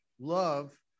love